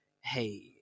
hey